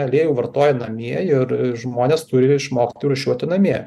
aliejų vartoja namie ir žmonės turi išmokti rūšiuoti namie